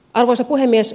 arvoisa puhemies